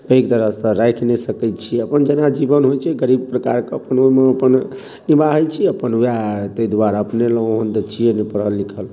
ठीक तरहसँ राखि नहि सकै छी अपन जकरा जीवन होइ छै गरीब प्रकारके कोनहुना अपन निवाहै छी अपन उएह ताहि दुआरे अपने ओहन तऽ छियै नहि पढ़ल लिखल